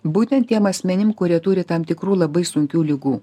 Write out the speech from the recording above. būtent tiem asmenim kurie turi tam tikrų labai sunkių ligų